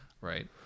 right